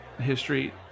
history